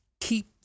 keep